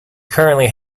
currently